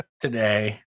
today